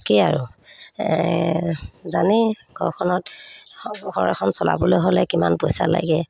কি আৰু জানেই ঘৰখনত ঘৰ এখন চলাবলৈ হ'লে কিমান পইচা লাগে